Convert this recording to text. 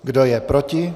Kdo je proti?